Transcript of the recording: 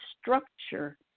structure